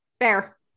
Fair